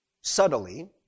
subtly